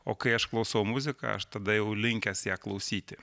o kai aš klausau muziką aš tada jau linkęs ją klausyti